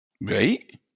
Right